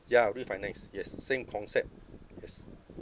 ya refinance yes same concept yes